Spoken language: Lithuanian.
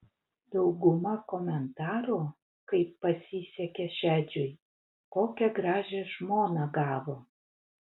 dauguma komentarų kaip pasisekė šedžiui kokią gražią žmoną gavo